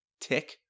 tick